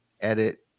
edit